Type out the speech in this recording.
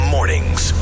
Mornings